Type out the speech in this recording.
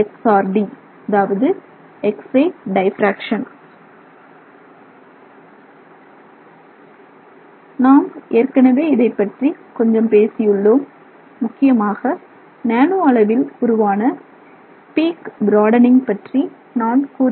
D அதாவது X ray diffraction நான் ஏற்கனவே இதை பற்றி கொஞ்சம் பேசியுள்ளோம் முக்கியமாக நேனோ அளவில் உருவான பீக் பிராடனிங் பற்றி நான் கூறியுள்ளேன்